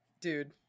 Dude